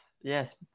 Yes